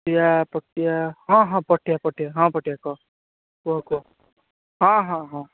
ପଟିଆ ପଟିଆ ହଁ ହଁ ପଟିଆ ପଟିଆ ହଁ ପଟିଆ କହ କୁହ କୁହ ହଁ ହଁ ହଁ